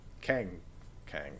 Kang-Kang